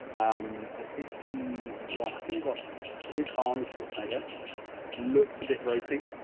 um, i did see what, i think they got his arnell short snugger looks a bit ropey.